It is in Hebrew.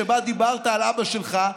שבה דיברת על אבא שלך.